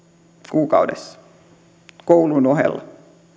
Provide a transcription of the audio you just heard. kuukaudessa koulun ohella